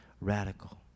radical